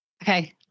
Okay